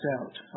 out